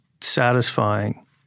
satisfying